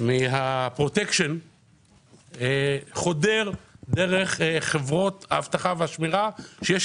מהפרוטקשן חודר דרך חברות האבטחה והשמירה כאשר יש